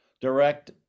direct